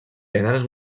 gèneres